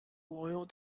loyal